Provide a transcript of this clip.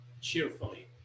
cheerfully